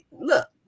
look